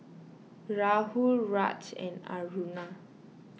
Rahul Raj and Aruna